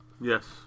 yes